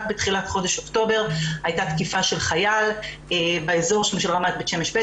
רק בתחילת חודש אוקטובר הייתה תקיפה של חייל באזור של רמת שמש ב',